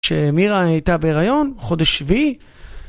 כשמירה הייתה בהריון חודש שביעי